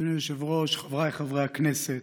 אדוני היושב-ראש, חבריי חברי הכנסת,